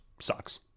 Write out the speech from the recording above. sucks